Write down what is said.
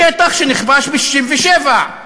שטח שנכבש ב-1967.